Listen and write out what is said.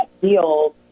deals